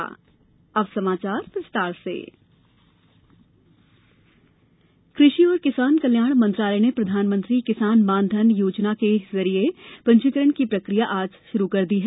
किसान मानधन योजना कृषि और किसान कल्याण मंत्रालय ने प्रधानमंत्री किसान मान धन योजना के लिए पंजीकरण की प्रक्रिया आज शुरू कर दी है